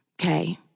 Okay